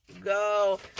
go